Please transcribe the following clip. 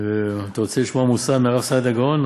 אתה רוצה לשמוע מוסר מרב סעדיה גאון,